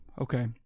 okay